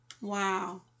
Wow